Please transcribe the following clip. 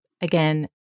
again